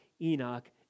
Enoch